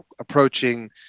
approaching